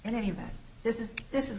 and any of that this is this is